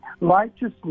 righteousness